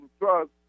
drugs